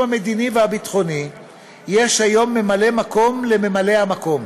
המדיני והביטחוני יש היום ממלא מקום לממלא המקום?